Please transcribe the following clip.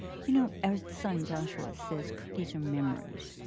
you know our son joshua says, cookies are memories.